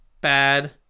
bad